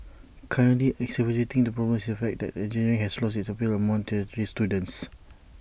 currently exacerbating the problem is the fact that engineering has lost its appeal among tertiary students